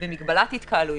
במגבלת התקהלויות.